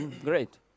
Great